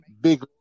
big